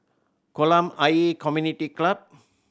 Kolam Ayer Community Club